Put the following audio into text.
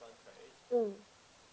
mm